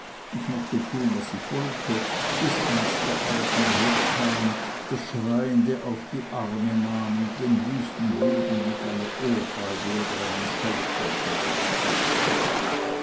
ich mochte tun was ich wollte bis eins der alten herkam das schreiende auf die arme nahm und den wüsten buben mit einer ohrfeige oder einem scheltworte traktierte